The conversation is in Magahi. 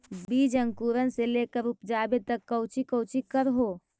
बीज अंकुरण से लेकर उपजाबे तक कौची कौची कर हो?